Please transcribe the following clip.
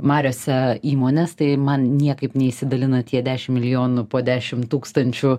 mariose įmones tai man niekaip neišsidalino tie dešim milijonų po dešim tūkstančių